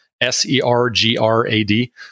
S-E-R-G-R-A-D